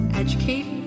educate